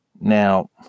Now